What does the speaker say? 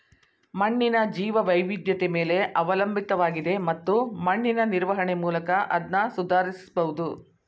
ಮಣ್ಣಿನ ಜೀವವೈವಿಧ್ಯತೆ ಮೇಲೆ ಅವಲಂಬಿತವಾಗಿದೆ ಮತ್ತು ಮಣ್ಣಿನ ನಿರ್ವಹಣೆ ಮೂಲಕ ಅದ್ನ ಸುಧಾರಿಸ್ಬಹುದು